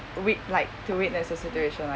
we'd like to witness a situation like